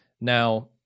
Now